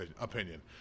opinion